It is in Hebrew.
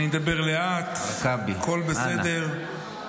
אני אדבר לאט, הכול בסדר.